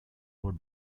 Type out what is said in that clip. lower